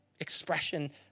expression